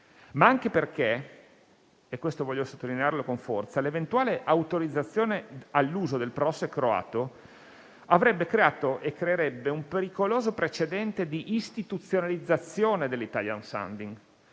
ma anche perché - e voglio sottolinearlo con forza - l'eventuale autorizzazione all'uso del Prošek croato avrebbe creato e creerebbe un pericoloso precedente di istituzionalizzazione dell'*italian sounding*.